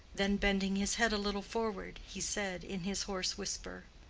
then bending his head a little forward, he said, in his hoarse whisper,